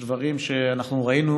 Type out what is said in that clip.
יש דברים, ראינו